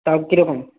তাও কী রকম